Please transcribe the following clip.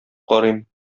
карыйм